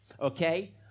okay